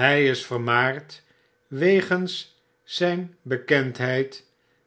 hy is vermaard wegens zyn bekendneid